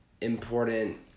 important